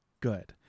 good